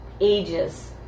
ages